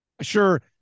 Sure